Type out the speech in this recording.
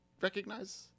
recognize